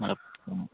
നമ്മുടെ